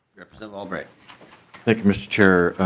representative albright thank you mr. chair.